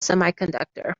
semiconductor